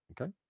Okay